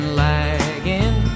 lagging